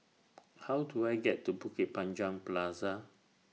How Do I get to Bukit Panjang Plaza